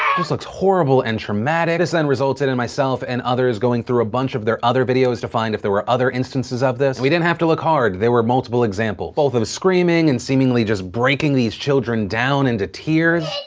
just looks horrible and traumatic this then resulted in myself and others going through a bunch of their other videos to find if there were other instances of this we didn't have to look hard they were multiple examples both of screaming and seemingly just breaking these children down into tears.